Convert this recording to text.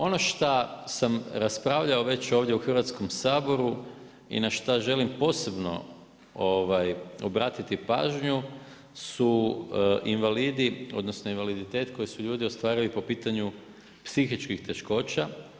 Ono što sam raspravljao već ovdje u Hrvatskom saboru i na šta želim posebno obratiti pažnju su invalidi, odnosno, invaliditet koji su ljudi ostvarili po pitanju psihičkih teškoća.